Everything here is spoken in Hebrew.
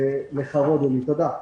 לכבוד הוא לי, תודה.